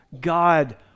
God